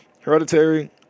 hereditary